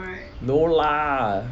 no lah